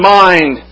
mind